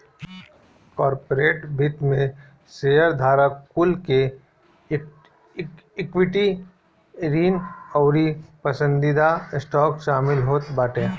corporate वित्त में शेयरधारक कुल के इक्विटी, ऋण अउरी पसंदीदा स्टॉक शामिल होत बाटे